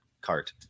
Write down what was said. cart